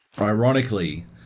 ironically